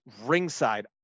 ringside